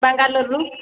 ବାଙ୍ଗଲୋରରୁ